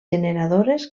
generadores